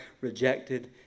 rejected